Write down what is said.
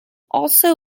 also